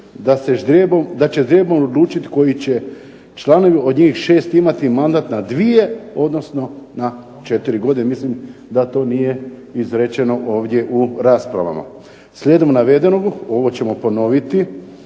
da će ždrijebom odlučiti koji će članovi od njih 6 imati mandat na dvije, odnosno na 4 godine. Mislim da to nije izrečeno ovdje u raspravama. Slijedom navedenog ovo ćemo ponoviti